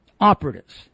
operatives